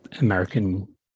American